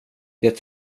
det